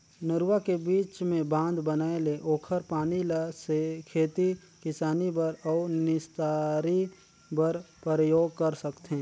नरूवा के बीच मे बांध बनाये ले ओखर पानी ल खेती किसानी बर अउ निस्तारी बर परयोग कर सकथें